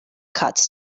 cuts